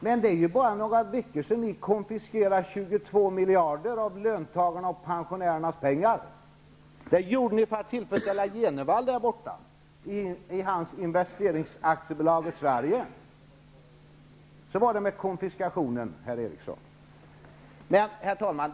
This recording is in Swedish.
Men det är ju bara några veckor sedan ni konfiskerade 22 miljarder av löntagarnas och pensionärernas pengar. Det gjorde ni för att tillfredsställa Jenevall och hans Investeringsaktiebolaget Sverige. Så var det med konfiskationen, herr Eriksson! Herr talman!